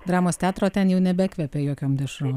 dramos teatrą o ten jau nebekvepia jokiom dešrom